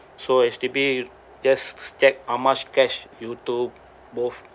so H_D_B just check how much cash you took both